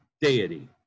deity